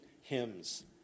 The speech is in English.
hymns